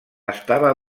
estava